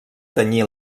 tenyir